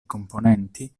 componenti